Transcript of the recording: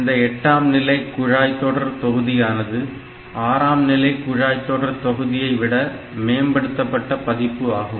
இந்த 8 ஆம் நிலை குழாய் தொடர் தொகுதியானது 6 ஆம் நிலை குழாய் தொடர் தொகுதியை விட மேம்படுத்தப்பட்ட பதிப்பு ஆகும்